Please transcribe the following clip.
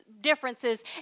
differences